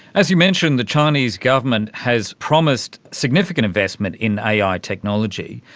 as you mentioned, the chinese government has promised significant investment in ai technology.